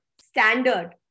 standard